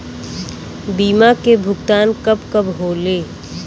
बीमा के भुगतान कब कब होले?